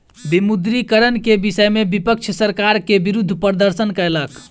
विमुद्रीकरण के विषय में विपक्ष सरकार के विरुद्ध प्रदर्शन कयलक